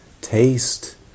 taste